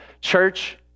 church